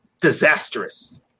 disastrous